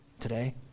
Today